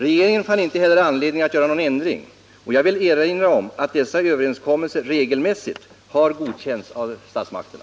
Regeringen fann inte heller anledning att göra någon ändring, och jag vill erinra om att dessa överenskommelser regelmässigt har godkänts av statsmakterna.